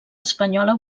espanyola